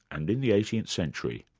and in the eighteenth century,